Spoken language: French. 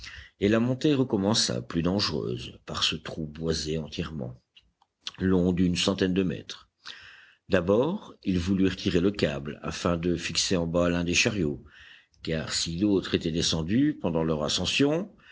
et la montée recommença plus dangereuse par ce trou boisé entièrement long d'une centaine de mètres d'abord ils voulurent tirer le câble afin de fixer en bas l'un des chariots car si l'autre était descendu pendant leur ascension